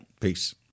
Peace